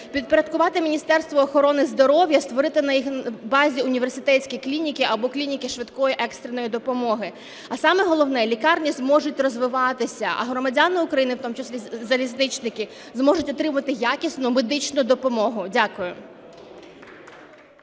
підпорядкувати Міністерству охорони здоров'я, створити на їх базі університетські клініки або клініки швидкої екстреної допомоги. А саме головне, лікарні зможуть розвиватися, а громадяни України, в тому числі залізничники, зможуть отримати якісну медичну допомогу. Дякую.